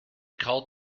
called